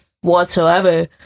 whatsoever